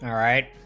um ride